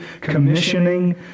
commissioning